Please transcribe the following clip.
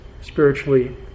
spiritually